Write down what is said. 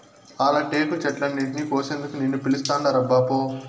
ఆల టేకు చెట్లన్నింటినీ కోసేందుకు నిన్ను పిలుస్తాండారబ్బా పో